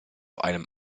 einem